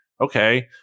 okay